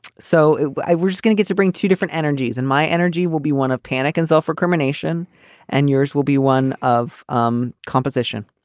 so i was just gonna get to bring two different energies and my energy will be one of panic and self-recrimination and yours will be one of um composition.